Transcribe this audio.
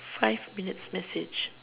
five minutes message